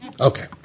Okay